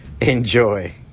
Enjoy